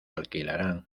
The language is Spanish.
alquilarán